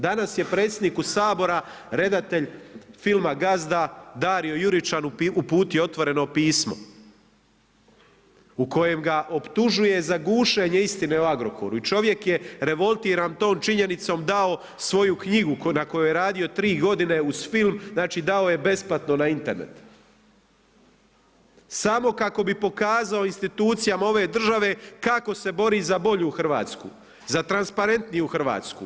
Danas je predsjedniku Sabora redatelj filma Gazda, Dario Juričan uputio otvoreno pismo u kojem ga optužuje za gušenje istine o Agrokoru i čovjek je revoltiran tom činjenicom dao svoju knjigu na kojoj je radio 3 godine uz film, znači dao je besplatno na Internet samo kako bi pokazao institucijama ove države kako se bori za bolju Hrvatsku, za transparentniju Hrvatsku.